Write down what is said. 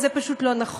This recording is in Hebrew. אז זה פשוט לא נכון,